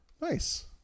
Nice